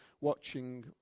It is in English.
watching